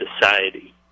society